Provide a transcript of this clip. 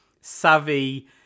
savvy